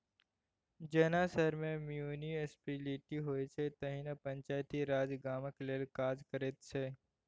जेना शहर मे म्युनिसप्लिटी होइ छै तहिना पंचायती राज गामक लेल काज करैत छै